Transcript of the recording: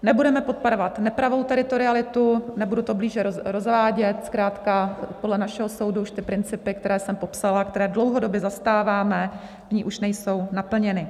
Nebudeme podporovat nepravou teritorialitu nebudu to blíže rozvádět, zkrátka podle našeho soudu už ty principy, které jsem popsala, které dlouhodobě zastáváme, v ní už nejsou naplněny.